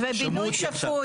ובינוי שפוי